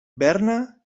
berna